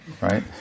right